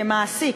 כמעסיק.